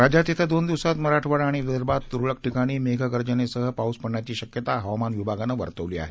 राज्यात येत्या दोन दिवसात मराठवाडा आणि विदर्भात तुरळक ठिकाणी मेघगर्जनासह पाऊस पडण्याची शक्यता हवामान विभागानं वर्तवली आहे